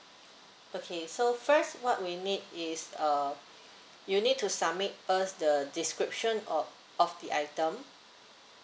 okay so first what we need is uh you need to submit us the description o~ of the item